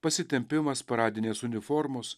pasitempimas paradinės uniformos